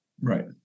Right